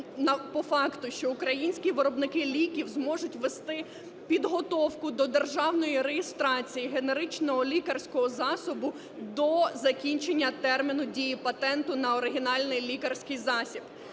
що українські виробники ліків зможуть вести підготовку до державної реєстрації генеричного лікарського засобу до закінчення терміну дії патенту на оригінальний лікарський засіб.